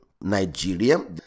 Nigeria